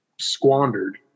squandered